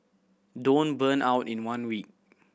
don't burn out in one week